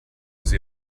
sie